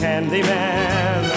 Candyman